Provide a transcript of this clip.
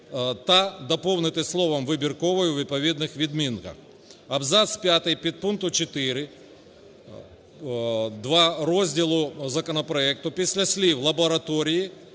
та" доповнити словом "вибірковий" у відповідних відмінках. Абзац 5 підпункту 4, 2 розділу законопроекту після слів "лабораторії